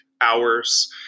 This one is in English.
hours